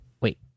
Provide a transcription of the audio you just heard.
wait